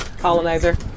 colonizer